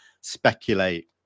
speculate